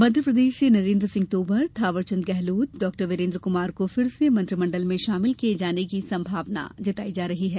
मध्यप्रदेश से नरेन्द्र सिंह तोमर थावर चंद गेहलोत डाक्टर वीरेन्द्र कुमार को फिर से मंत्रिमंडल में शामिल किये जाने की संभावना जताई जा रही है